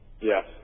Yes